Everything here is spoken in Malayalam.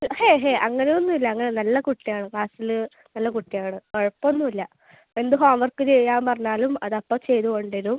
ഹേ ഹേ അങ്ങനെ ഒന്നും അങ്ങനെ ഇല്ല നല്ല കുട്ടി ആണ് ക്ലാസ്സിൽ നല്ല കുട്ടി ആണ് കുഴപ്പമൊന്നും ഇല്ല എന്ത് ഹോം വർക്ക് ചെയ്യാൻ പറഞ്ഞാലും അത് കൊണ്ടുവരും